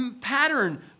pattern